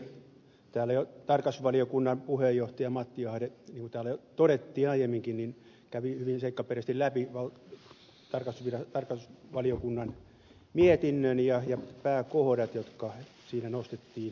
täällä jo tarkastusvaliokunnan puheenjohtaja matti ahde niin kuin täällä jo todettiin aiemminkin kävi hyvin seikkaperäisesti läpi tarkastusvaliokunnan mietinnön ja pääkohdat jotka siinä nostettiin esiin